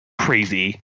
crazy